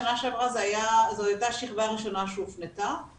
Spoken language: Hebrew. בשנה שעברה זו הייתה שכבה ראשונה שהופנתה,